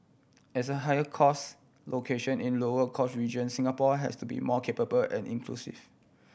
as a higher cost location in lower cost region Singapore has to be more capable and inclusive